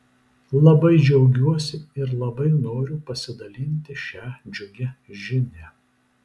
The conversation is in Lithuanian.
labai džiaugiuosi ir labai noriu pasidalinti šia džiugia žinia